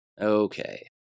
Okay